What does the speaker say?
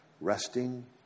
Resting